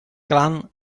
clan